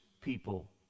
people